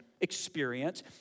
experience